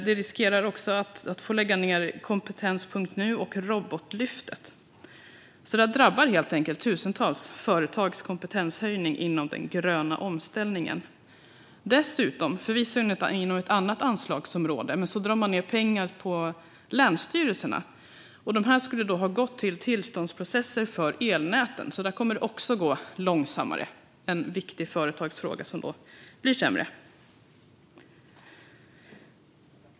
Man riskerar också att få lägga ned kompetens.nu och Robotlyftet. Detta drabbar helt enkelt tusentals företags kompetenshöjning inom den gröna omställningen. Dessutom, förvisso inom ett annat anslagsområde, drar man ned pengar på länsstyrelserna. Dessa skulle ha gått till tillståndsprocesser för elnäten, så där kommer det också att gå långsammare. Det är en viktig företagsfråga där det blir sämre.